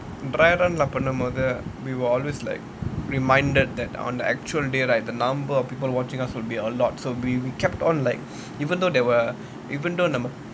dry run பண்ணும் போது:pannum pothu we were always like reminded that on the actual day right the number of people watching us would be a lot so we kept on like even though there were even though நம்ம:namma